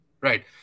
right